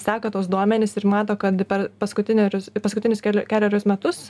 seka tuos duomenis ir mato kad per paskutinerius paskutinius kelerius metus